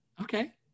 Okay